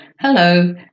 Hello